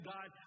God